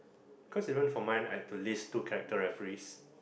cause even for mine I've to list two character referees